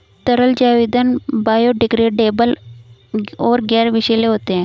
तरल जैव ईंधन बायोडिग्रेडेबल और गैर विषैले होते हैं